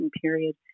period